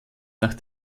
nach